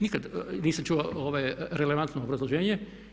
Nikada nisam čuo relevantno obrazloženje.